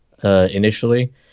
Initially